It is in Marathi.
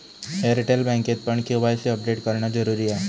एअरटेल बँकेतपण के.वाय.सी अपडेट करणा जरुरी हा